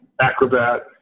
Acrobat